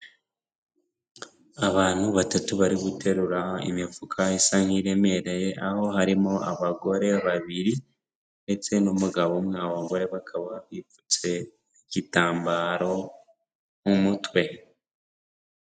Abantu batatu bari guterura imifuka isa nk'iremereye, aho harimo abagore babiri ndetse n'umugabo umwe, abo bagore bakaba bipfutse igitambaro mu mutwe.